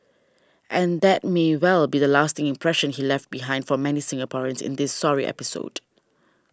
and that may well be the lasting impression he left behind for many Singaporeans in this sorry episode